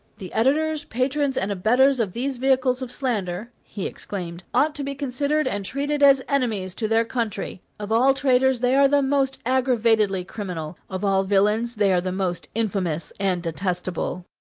the editors, patrons, and abettors of these vehicles of slander, he exclaimed, ought to be considered and treated as enemies to their country. of all traitors they are the most aggravatedly criminal of all villains, they are the most infamous and detestable.